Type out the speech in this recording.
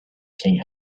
king